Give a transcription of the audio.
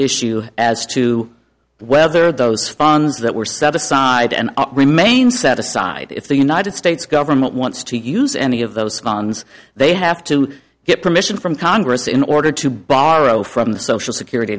issue as to whether those funds that were set aside and remain set aside if the united states government wants to use any of those funds they have to get permission from congress in order to borrow from the social security